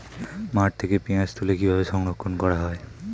মাঠ থেকে পেঁয়াজ তুলে কিভাবে সংরক্ষণ করা হয়?